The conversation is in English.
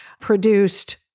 produced